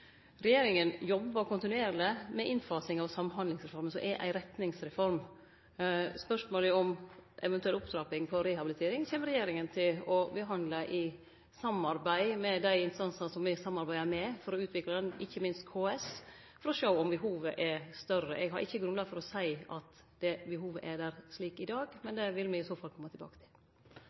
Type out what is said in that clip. Regjeringa jobbar kontinuerleg med innfasing av Samhandlingsreformen, som er ei retningsreform. Spørsmålet om ei eventuell opptrapping innafor rehabilitering kjem regjeringa til å behandle i samarbeid med dei instansar som me samarbeider med for å utvikle – ikkje minst – KS, og for å sjå om behovet er større. Eg har ikkje grunnlag for å seie at det behovet er der i dag, men det vil me i så fall kome tilbake til.